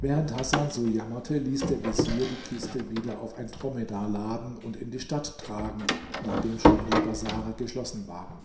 während hasan so jammerte ließ der vezier die kiste wieder auf ein dromedar laden und in die stadt tragen nachdem schon alle bazare geschlossen waren